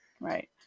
Right